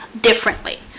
differently